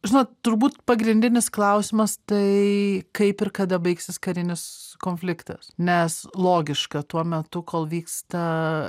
žinot turbūt pagrindinis klausimas tai kaip ir kada baigsis karinis konfliktas nes logiška tuo metu kol vyksta